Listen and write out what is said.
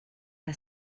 que